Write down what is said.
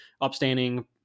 upstanding